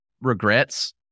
regrets